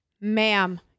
ma'am